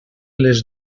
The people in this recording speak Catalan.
les